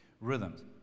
rhythms